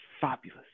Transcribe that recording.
Fabulous